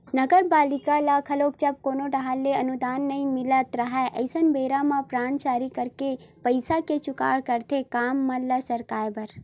नगरपालिका ल घलो जब कोनो डाहर ले अनुदान नई मिलत राहय अइसन बेरा म बांड जारी करके पइसा के जुगाड़ करथे काम मन ल सरकाय बर